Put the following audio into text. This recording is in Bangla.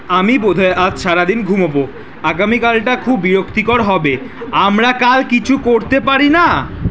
আমি বোধহয় আজ সারাদিন ঘুমোব আগামিকালটা খুব বিরক্তিকর হবে আমরা কাল কিছু করতে পারি না